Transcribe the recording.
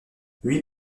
huit